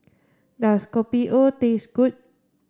does Kopi O taste good